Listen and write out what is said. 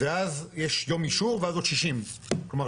ואז יש יום אישור ואז עוד 60. כלומר,